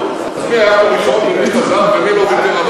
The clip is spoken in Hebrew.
אז מי היה פה ראשון ומי חזר ומי לא ויתר על הזכות?